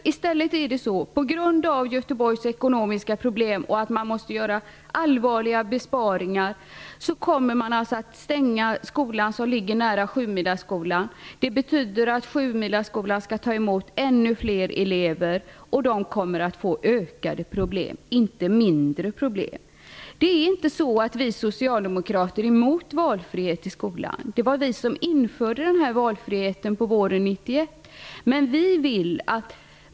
Men i stället kommer man på grund av Göteborgs ekonomiska problem och nödvändigheten att göra allvarliga besparingar att stänga den skola som ligger nära Sjumilaskolan. Det betyder att Sjumilaskolan skall ta emot ännu fler elever. Problemen för dessa kommer att bli större, inte mindre. Vi socialdemokrater är inte emot valfrihet i skolan. Det var faktiskt vi som införde den här sortens valfrihet på våren 1991.